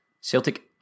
Celtic